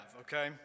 okay